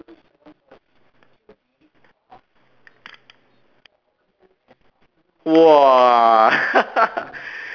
!wah!